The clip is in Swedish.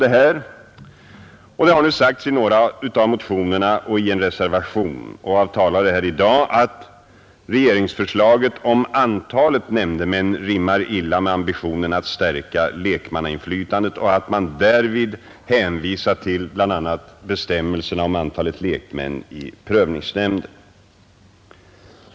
Det har emellertid sagts i några av motionerna och i en reservation, liksom av talare här i dag, att regeringsförslaget beträffande antalet nämndemän rimmar illa med ambitionen att stärka lekmannainflytandet; man har därvid hänvisat till bl.a. bestämmelserna om antalet lekmän i prövningsnämnderna.